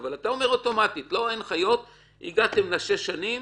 אבל אתה אומר אוטומטית הגעתם לשש שנים